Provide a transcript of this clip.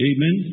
Amen